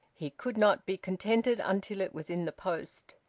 he could not be contented until it was in the post.